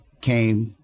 came